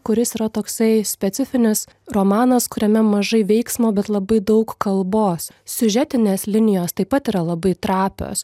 kuris yra toksai specifinis romanas kuriame mažai veiksmo bet labai daug kalbos siužetinės linijos taip pat yra labai trapios